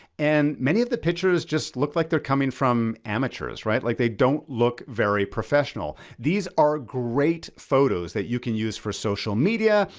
and many of the pictures just look like they're coming from amateurs, right? like they don't look very professional. these are great photos that you can use for social media.